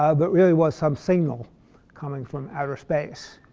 ah but really was some signal coming from outer space.